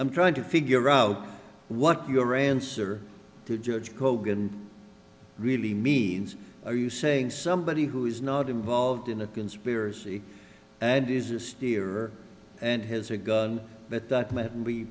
i'm trying to figure out what your answer to judge kogan really means are you saying somebody who is not involved in a conspiracy and is a steerer and has a gun that that m